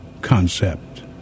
concept